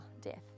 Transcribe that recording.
death